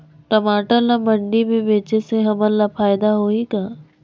टमाटर ला मंडी मे बेचे से हमन ला फायदा होही का?